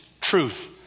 truth